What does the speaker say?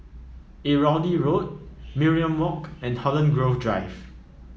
Irrawaddy Road Mariam Walk and Holland Grove Drive